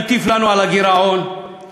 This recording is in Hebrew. הטיף לנו על הגירעון הגדול,